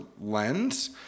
lens